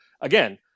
Again